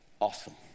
Awesome